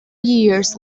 years